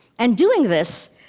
and doing this,